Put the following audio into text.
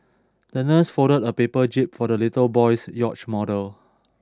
the nurse folded a paper jib for the little boy's yacht model